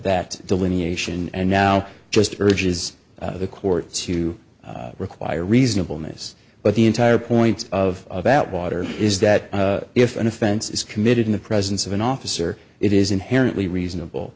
that delineation and now just urges the court to require reasonable mace but the entire point of that water is that if an offense is committed in the presence of an officer it is inherently reasonable